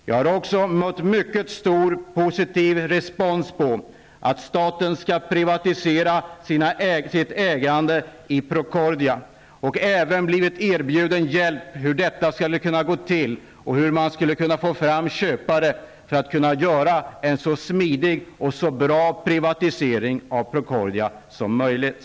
Jag har också mött mycket stor positiv respons på att staten skall privatisera sitt ägande i Procordia. Jag har även blivit erbjuden hjälp med frågan hur detta skulle kunna gå till och hur man skulle kunna få fram köpare för att kunna göra en så smidig och bra privatisering av Procordia som möjligt.